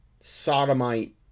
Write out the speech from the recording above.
sodomite